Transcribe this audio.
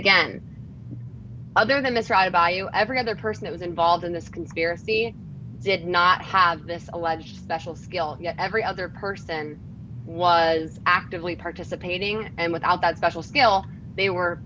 again other than this ride by you every other person who was involved in this conspiracy did not have this alleged special skill yet every other person was actively participating and without that special skill they were